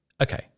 okay